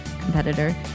competitor